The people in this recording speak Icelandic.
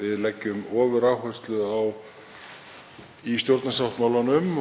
við leggjum ofuráherslu á það í stjórnarsáttmálanum,